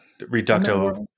Reducto